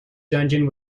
dungeon